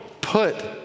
put